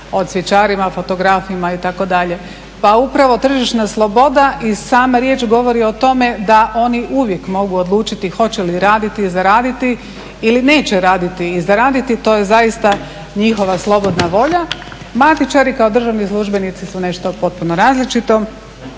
o cvjećarima, fotografima, itd. Pa upravo tržišna sloboda i sama riječ govori o tome da oni uvijek mogu odlučiti hoće li raditi i zaraditi ili neće raditi i zaraditi, to je zaista njihova slobodna volja. Matičari kao državni službenici su nešto potpuno različito